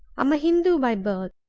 am a hindoo by birth.